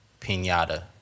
Pinata